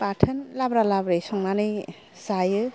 बाथोन लाब्रा लाब्रियै संनानै जायो